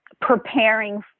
Preparing